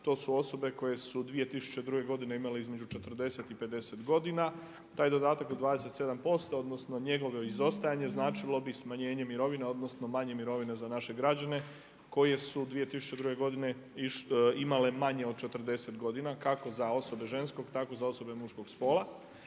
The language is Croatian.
To su osobe koje su 2002. godine imale između 40 i 50 godina. Taj dodatak od 27%, odnosno njegovo izostajanje značilo bi smanjenje mirovine, odnosno manje mirovine za naše građane koje su 2002. godine imale manje od 40 godina kako za osobe ženskog, tako za osobe muškog spola.